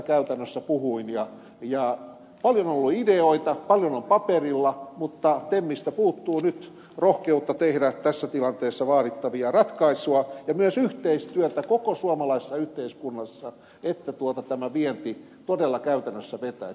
paljon on ollut ideoita paljon on ollut paperilla mutta temmistä puuttuu nyt rohkeutta tehdä tässä tilanteessa vaadittavia ratkaisuja ja myös yhteistyötä tarvitaan koko suomalaisessa yhteiskunnassa niin että vienti todella käytännössä vetäisi